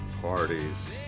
parties